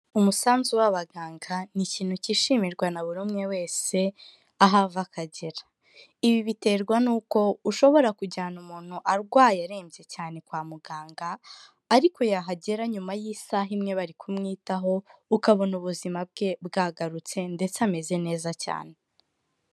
Umusanzu w'abaganga ni ikintu kishimirwa na buri umwe wese aho ava akagera. Ibi biterwa nuko ushobora kujyana umuntu arwaye arembye cyane kwa muganga ariko yahagera nyuma y'isaha imwe barikumwitaho ukabona ubuzima bwe bwagarutse ndetse ameze neza cyane.